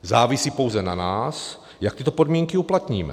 Závisí pouze na nás, jak tyto podmínky uplatníme.